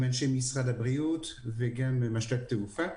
אנשי משרד הבריאות וגם עם אנשי תעופה,